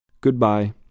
Goodbye